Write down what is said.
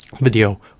video